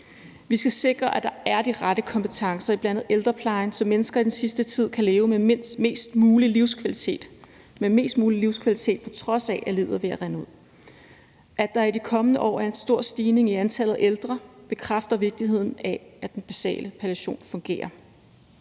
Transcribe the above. Vi skal sikre, at der er de rette kompetencer i bl.a. ældreplejen, så mennesker kan leve i den sidste tid med mest mulig livskvalitet, på trods af at livet er ved at rinde ud. At der i de kommende år sker en stor stigning i antallet af ældre bekræfter vigtigheden af, at den basale palliation fungerer.